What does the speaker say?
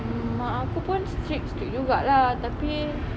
mm mak aku strict strict juga lah tapi